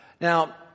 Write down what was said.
Now